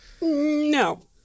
No